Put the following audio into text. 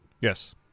Yes